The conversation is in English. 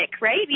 right